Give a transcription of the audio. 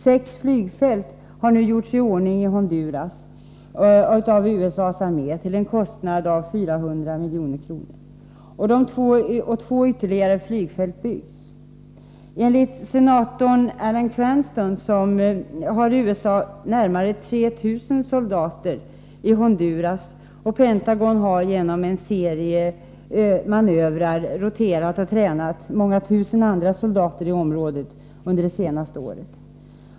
Sex flygfält har nu gjorts i ordning i Honduras av USA:s armé till en kostnad av 400 milj.kr. Två ytterligare flygfält byggs. Enligt senatorn Alan Cranston har USA närmare 3 000 soldater i Honduras. Pentagon har genom en serie manövrer ”roterat” och tränat många tusen andra soldater i området under det senaste året.